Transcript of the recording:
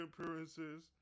appearances